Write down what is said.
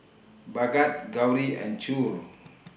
Bhagat Gauri and Choor